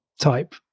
type